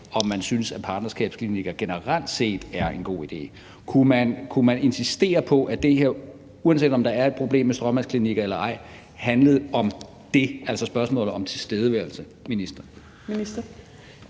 om man synes, at partnerskabsklinikker generelt set er en god idé. Jeg vil spørge ministeren, om man kunne insistere på, at det her, uanset om der er et problem med stråmandsklinikker eller ej, handlede om dét, altså om spørgsmålet om tilstedeværelse?